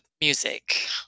music